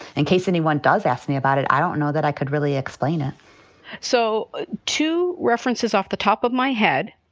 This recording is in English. in case anyone does ask me about it, i don't know that i could really explain it so two references off the top of my head.